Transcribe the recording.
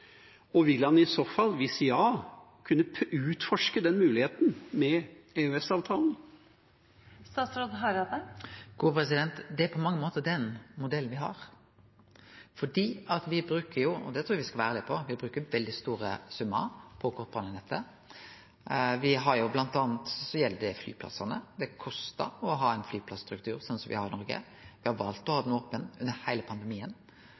vil han i så fall kunne utforske den muligheten med EØS-avtalen? Det er på mange måtar den modellen me har, for me bruker jo – og det trur eg me skal vere ærlege på – veldig store summar på kortbanenettet. Blant anna gjeld det flyplassane. Det kostar å ha ein flyplass-struktur som den me har i Noreg. Me har valt å ha flyplassane opne under heile pandemien.